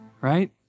right